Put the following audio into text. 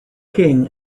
king